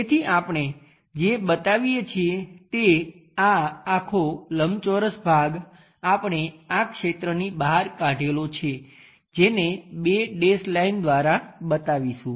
તેથી આપણે જે બતાવીએ છીએ તે આ આખો લંબચોરસ ભાગ આપણે આ ક્ષેત્રની બહાર કાઢેલો છે જેને બે ડેશ લાઈન દ્વારા બતાવીશું